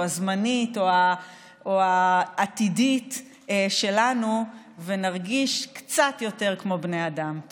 הזמנית או העתידית שלנו ונרגיש קצת יותר כמו בני אדם.